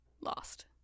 lost